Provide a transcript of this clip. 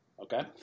Okay